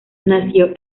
nació